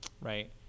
right